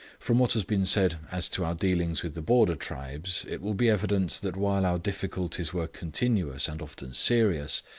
from what has been said as to our dealings with the border tribes, it will be evident that while our difficulties were continuous and often serious,